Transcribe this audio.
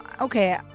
okay